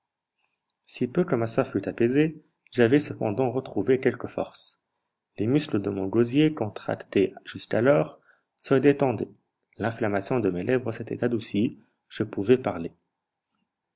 si peu que ma soif fut apaisée j'avais cependant retrouvé quelque force les muscles de mon gosier contractés jusqu'alors se détendaient l'inflammation de mes lèvres s'était adoucie je pouvais parler